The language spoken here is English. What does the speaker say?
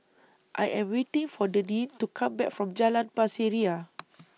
I Am waiting For Deneen to Come Back from Jalan Pasir Ria